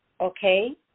okay